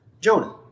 Jonah